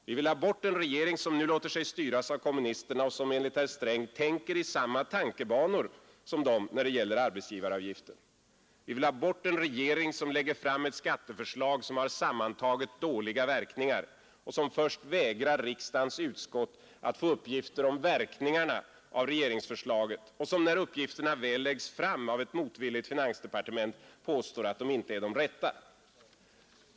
Vi vill ha bort en regering, som nu låter sig styras av kommunisterna och som enligt herr Sträng tänker i samma tankebanor som dessa när det gäller arbetsgivaravgiften. Vi vill ha bort en regering, som lägger fram ett skatteförslag som sammantaget har dåliga verkningar. Och vi vill ha bort en regering, som först vägrar riksdagens utskott att få uppgifter om verkningarna av regeringsförslaget och som, när de uppgifterna väl läggs fram av ett motvilligt finansdepartement, påstår att de inte är de rätta.